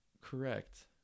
Correct